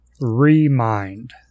Remind